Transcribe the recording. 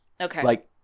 Okay